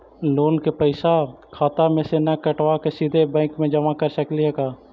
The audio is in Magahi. लोन के पैसा खाता मे से न कटवा के सिधे बैंक में जमा कर सकली हे का?